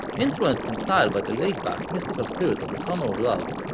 influenced in style by the laidback, mystical spirit of the summer of love,